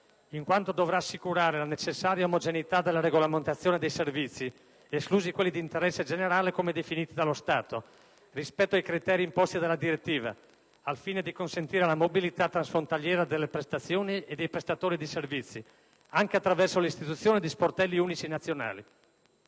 in quanto dovrà assicurare la necessaria omogeneità della regolamentazione dei servizi, esclusi quelli di interesse generale come definiti dallo Stato, rispetto ai criteri imposti dalla direttiva, al fine di consentire la mobilità transfrontaliera delle prestazioni e dei prestatori di servizi anche attraverso l'istituzione di sportelli unici nazionali.